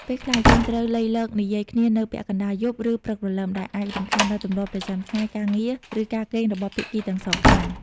ពេលខ្លះ យើងត្រូវលៃលកនិយាយគ្នានៅពាក់កណ្តាលយប់ ឬព្រឹកព្រលឹម ដែលអាចរំខានដល់ទម្លាប់ប្រចាំថ្ងៃ ការងារ ឬការគេងរបស់ភាគីទាំងសងខាង។